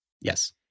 Yes